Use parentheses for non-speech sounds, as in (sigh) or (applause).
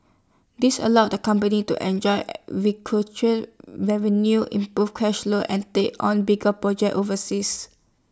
this allows the company to enjoy (unintelligible) revenue improve cash flow and take on bigger projects overseas